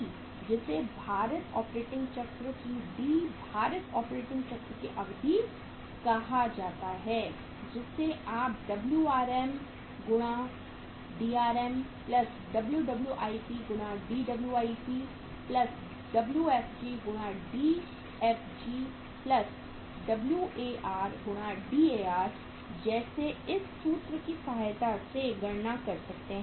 D जिसे भारित operating चक्र की D भारित ऑपरेटिंग चक्र अवधि कहा जाता है जिसे आप WRM जैसे इस सूत्र की सहायता से गणना कर सकते हैं